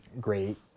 great